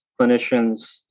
clinicians